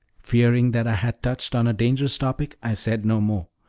fearing that i had touched on a dangerous topic, i said no more,